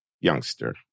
youngster